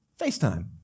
FaceTime